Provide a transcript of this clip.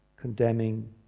condemning